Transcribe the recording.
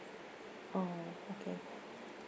oh okay